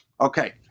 okay